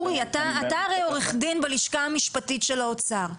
אורי, אתה הרי עו"ד בלשכה המשפטית של האוצר.